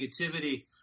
negativity